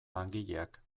langileak